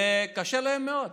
וקשה להם מאוד.